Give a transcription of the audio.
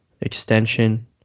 extension